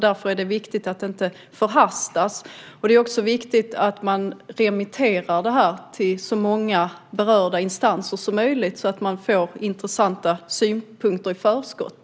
Därför är det viktigt att det inte förhastas. Det är också viktigt att man remitterar det här till så många berörda instanser som möjligt, så att man får intressanta synpunkter i förskott.